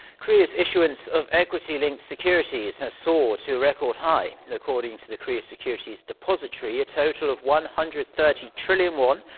korea's issuance of equity-linked securities has soared to a record high. according to the korea securities depository, a total of one hundred thirty trillion won.